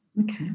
Okay